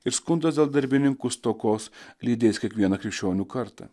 ir skundas dėl darbininkų stokos lydės kiekvieną krikščionių kartą